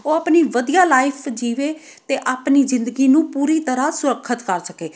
ਉਹ ਆਪਣੀ ਵਧੀਆ ਲਾਈਫ ਜੀਵੇ ਅਤੇ ਆਪਣੀ ਜ਼ਿੰਦਗੀ ਨੂੰ ਪੂਰੀ ਤਰ੍ਹਾਂ ਸੁਰੱਖਿਅਤ ਕਰ ਸਕੇ